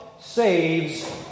saves